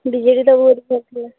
BJD ଦେବ ବୋଲି କହିଥିଲେ